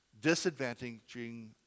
disadvantaging